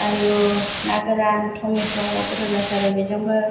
आलु ना गोरान टमेट' गोथाव जाथारो बेजोंबो